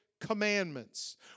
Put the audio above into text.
commandments